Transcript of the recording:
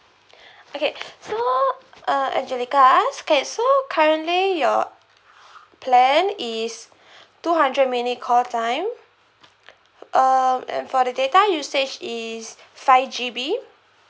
okay so uh angelica okay so currently your plan is two hundred minute call time um and for the data usage is five G_B